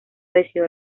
decidió